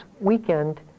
weekend